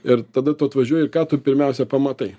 ir tada tu atvažiuoji ką tu pirmiausia pamatai